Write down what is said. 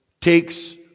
takes